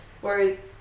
whereas